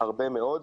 הרבה מאוד.